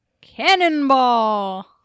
Cannonball